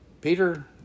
Peter